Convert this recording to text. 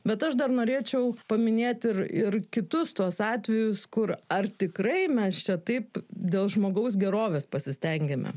bet aš dar norėčiau paminėti ir ir kitus tuos atvejus kur ar tikrai mes čia taip dėl žmogaus gerovės pasistengėme